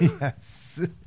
Yes